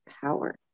power